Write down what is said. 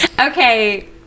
okay